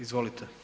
Izvolite.